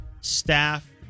staff